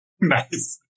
Nice